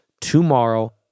tomorrow